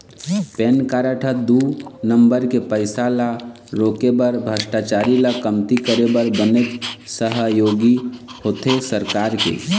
PAN card ह दू number के पइसा ल रोके बर भस्टाचारी ल कमती करे बर बनेच सहयोगी होथे सरकार के